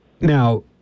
now